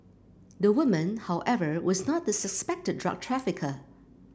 the woman however was not the suspected drug trafficker